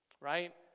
right